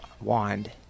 Wand